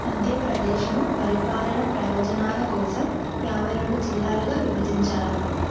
మధ్యప్రదేశ్ను పరిపాలనా ప్రయోజనాల కోసం యాభై రెండు జిల్లాలుగా విభజించారు